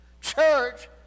Church